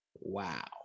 Wow